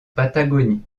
patagonie